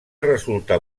resulta